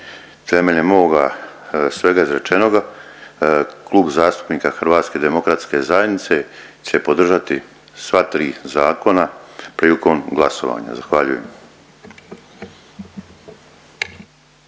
Temeljem ovoga svega izrečenoga Klub zastupnika HDZ-a će podržati sva tri zakona prilikom glasovanje, zahvaljujem.